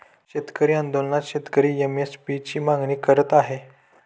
शेतकरी आंदोलनात शेतकरी एम.एस.पी ची मागणी करत आहे